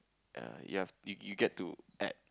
err you have you you get to add